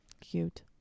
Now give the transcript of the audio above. Cute